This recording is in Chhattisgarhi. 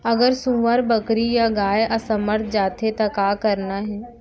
अगर सुअर, बकरी या गाय असमर्थ जाथे ता का करना हे?